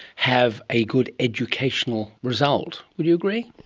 have a good educational result. would you agree?